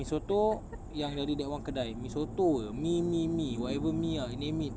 mi soto yang dari that one kedai mi soto jer mee mee mee whatever mee ah you name it